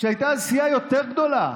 שהייתה אז סיעה יותר גדולה,